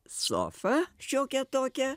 sofą šiokią tokią